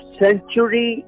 century